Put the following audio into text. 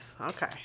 Okay